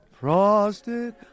Frosted